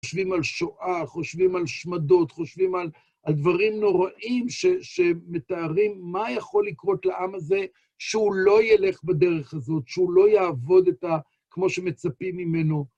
חושבים על שואה, חושבים על שמדות, חושבים על דברים נוראים, שמתארים מה יכול לקרות לעם הזה שהוא לא ילך בדרך הזאת, שהוא לא יעבוד כמו שמצפים ממנו.